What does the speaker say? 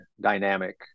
dynamic